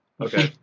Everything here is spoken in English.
Okay